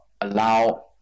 allow